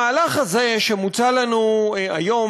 המהלך הזה שמוצע לנו היום,